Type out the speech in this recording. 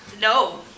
No